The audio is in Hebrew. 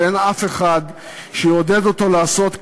ואין אף אחד שיעודד אותו לעשות כן,